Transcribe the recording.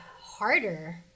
harder